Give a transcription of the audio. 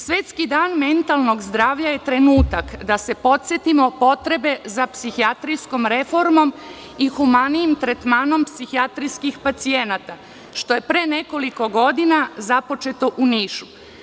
Svetski dan mentalnog zdravlja je trenutak da se podsetimo potrebe za psihijatrijskom reformom i humanijim tretmanom psihijatrijskih pacijenata, što je pre nekoliko godina započeto u Nišu.